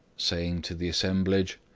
saying to the assemblage,